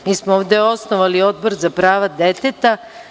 Mi smo ovde osnovali Odbor za prava deteta.